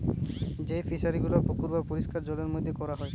যেই ফিশারি গুলা পুকুর বা পরিষ্কার জলের মধ্যে কোরা হয়